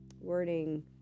wording